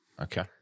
Okay